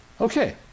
Okay